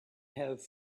have